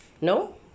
No